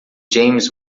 james